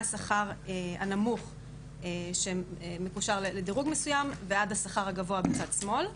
מהשכר הנמוך שמקושר לדירוג מסוים ועד השכר הגבוה בצד שמאל.